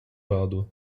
раду